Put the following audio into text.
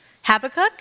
Habakkuk